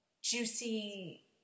juicy